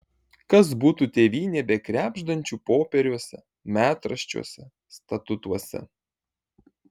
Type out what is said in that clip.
kas būtų tėvynė be krebždančių popieriuose metraščiuose statutuose